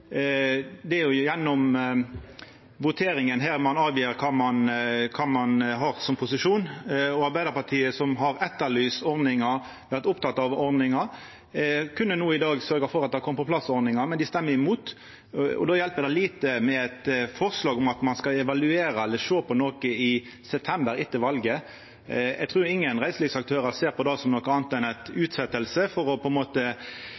Det er gjennom voteringa ein avgjer kva ein har som posisjon. Arbeidarpartiet, som har etterlyst ordningar og vore oppteke av ordningar, kunne no i dag ha sørgt for at det kom på plass ordningar, men dei stemmer imot. Då hjelper det lite med eit forslag om at ein skal evaluera eller sjå på noko i september, etter valet. Eg trur ingen reiselivsaktørar ser på det som noko anna enn ei utsetjing for på ein måte